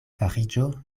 fariĝo